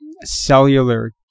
cellular